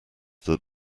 that